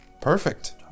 Perfect